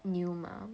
new mah